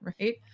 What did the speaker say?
Right